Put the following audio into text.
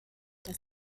das